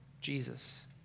Jesus